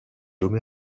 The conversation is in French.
homer